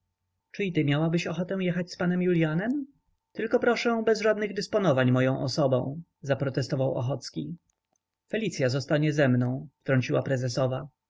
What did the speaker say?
czy i ty miałabyś chęć jechać z panem julianem tylko proszę bez żadnych dysponowań moją osobą zaprotestował ochocki felcia zostanie ze mną wtrąciła prezesowa